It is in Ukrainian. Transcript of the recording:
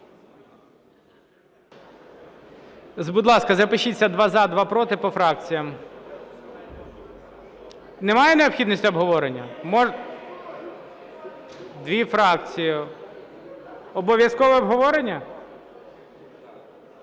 Дві фракції. Обов'язкове обговорення?